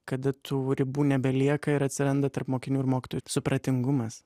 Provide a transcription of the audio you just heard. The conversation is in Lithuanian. kada tų ribų nebelieka ir atsiranda tarp mokinių ir mokytojų supratingumas